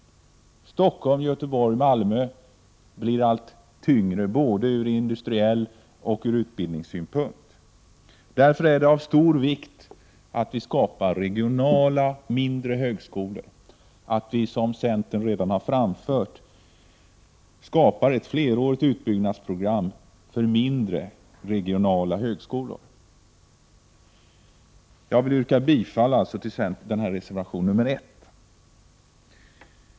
Stockholm, Göteborg och Malmö blir allt tyngre ur såväl industriell synpunkt som utbildningssynpunkt. Därför är det av stor vikt att vi skapar mindre, regionala högskolor, och att vi, som centern redan har framfört, antar ett flerårigt utbyggnadsprogram för sådana högskolor. Jag yrkar bifall till reservation 1, som centern står bakom.